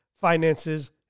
finances